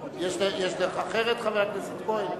יש דרך אחרת, חבר הכנסת כהן?